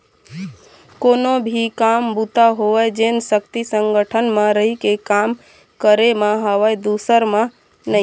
कोनो भी काम बूता होवय जेन सक्ति संगठन म रहिके काम करे म हवय दूसर म नइ